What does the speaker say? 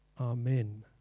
Amen